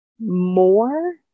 more